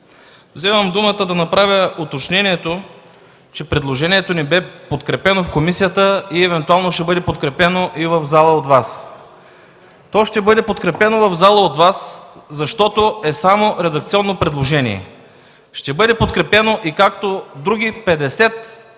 Вземам думата, за да направя уточнението, че предложението ни бе подкрепено в комисията и евентуално ще бъде подкрепено и в залата от Вас. То ще бъде подкрепено в залата от Вас, защото е само редакционно предложение. Ще бъде подкрепено, както и други 50 редакционни